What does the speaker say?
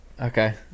Okay